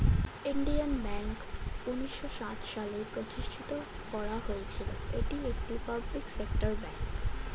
Indian Bank উন্নিশো সাত সালে প্রতিষ্ঠিত করা হয়েছিল, এটি একটি পাবলিক সেক্টর ব্যাঙ্ক